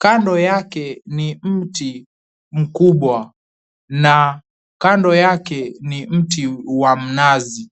Kando yake ni mti mkubwa na kando yake ni mti wa mnazi.